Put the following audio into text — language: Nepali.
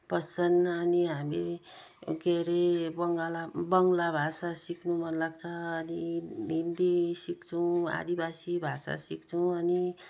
बस्छन् अनि हामी के अरे बङ्गला बङ्गला भाषा सिक्नु मनलाग्छ अनि हिन्दी सिक्छौँ आदिवासी भाषा सिक्छौँ अनि